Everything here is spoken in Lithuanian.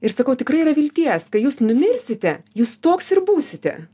ir sakau tikrai yra vilties kai jūs numirsite jūs toks ir būsite